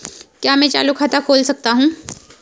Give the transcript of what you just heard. क्या मैं चालू खाता खोल सकता हूँ?